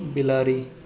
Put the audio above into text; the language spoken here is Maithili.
बिलाड़ि